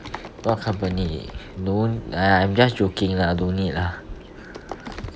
what company don't !aiya! I'm just joking lah don't need lah